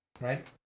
Right